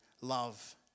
love